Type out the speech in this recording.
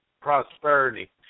prosperity